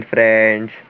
Friends